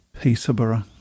Peterborough